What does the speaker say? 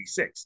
1986